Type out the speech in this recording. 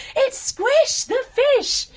it's squish the fish.